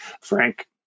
Frank